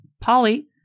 Polly